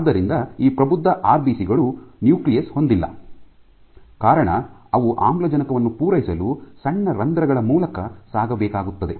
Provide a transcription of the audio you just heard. ಆದ್ದರಿಂದ ಈ ಪ್ರಬುದ್ಧ ಆರ್ಬಿಸಿ ಗಳು ನ್ಯೂಕ್ಲಿಯಸ್ ಹೊಂದಿಲ್ಲ ಕಾರಣ ಅವು ಆಮ್ಲಜನಕವನ್ನು ಪೂರೈಸಲು ಸಣ್ಣ ರಂಧ್ರಗಳ ಮೂಲಕ ಸಾಗಬೇಕಾಗುತ್ತದೆ